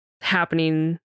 happening